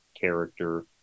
character